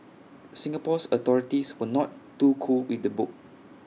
Singapore's authorities were not too cool with the book